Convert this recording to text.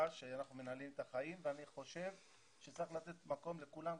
שאנחנו מנהלים את החיים ואני חושב שצריך לתת מקום לכולם,